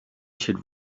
should